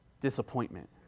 disappointment